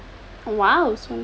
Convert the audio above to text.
!wow!